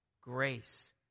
Grace